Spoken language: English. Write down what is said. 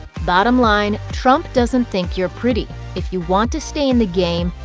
bottom line, trump doesn't think you're pretty. if you want to stay in the game,